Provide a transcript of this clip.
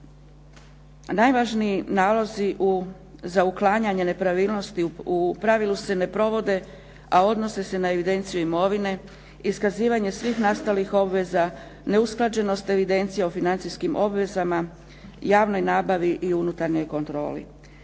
Najvažniji nalozi za otklanjanje nepravilnosti u pravilu se ne provode a odnose se na evidenciju imovine, iskazivanje svih nastalih obveza, neusklađenost evidencije o financijskim obvezama, javnoj nabavi i unutarnjoj kontroli.